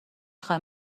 خوای